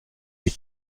die